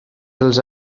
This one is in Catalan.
dels